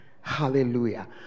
Hallelujah